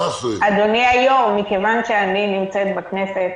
אדוני היושב-ראש, מכיוון שאני נמצאת בכנסת